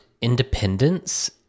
independence